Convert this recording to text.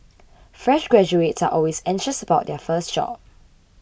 fresh graduates are always anxious about their first job